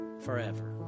forever